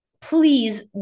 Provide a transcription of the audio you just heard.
please